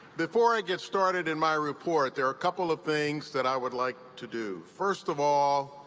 before i get started in my report, there are a couple of things that i would like to do. first of all,